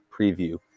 preview